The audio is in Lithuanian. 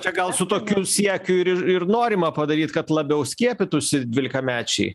čia gal su tokiu siekiu ir ir norima padaryt kad labiau skiepytųsi dvylikamečiai